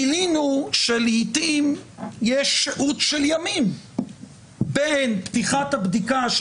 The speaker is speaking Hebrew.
גילינו שלעיתים יש שהות של ימים בין פתיחת הבדיקה של